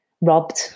robbed